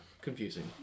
confusing